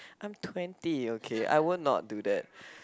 I'm twenty okay I would not do that